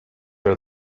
her